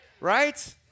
right